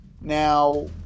Now